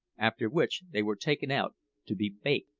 after which they were taken out to be baked.